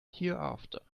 hereafter